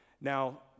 Now